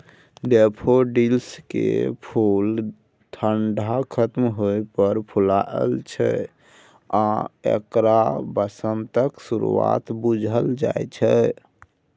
डेफोडिलकेँ फुल ठंढा खत्म होइ पर फुलाय छै आ एकरा बसंतक शुरुआत बुझल जाइ छै